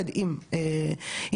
לא משנה אם יש לו אשרה או אין לו,